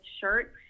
shirt